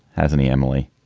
hasn't he, emily?